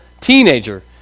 teenager